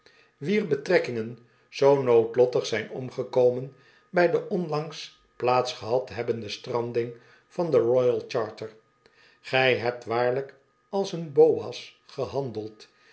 wier betrekkingen zoo noodlottig zijn omgekomen bij de onlangs plaats gehad hebbende stranding van de royal charter gij hebt waarlijk als een boaz gehandeld